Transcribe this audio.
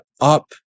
up